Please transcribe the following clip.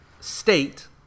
state